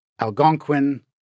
algonquin